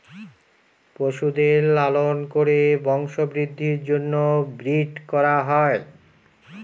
পশুদের লালন করে বংশবৃদ্ধির জন্য ব্রিড করা হয়